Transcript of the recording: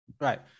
right